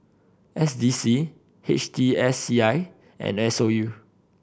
S D C H T S C I and S O U